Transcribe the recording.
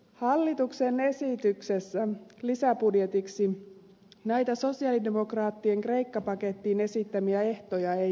hallituksen esityksessä lisäbudjetiksi näitä sosialidemokraattien kreikka pakettiin esittämiä ehtoja ei ole